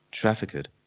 trafficked